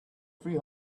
three